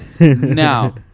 Now